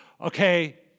okay